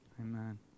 amen